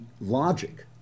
logic